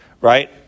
right